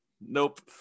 Nope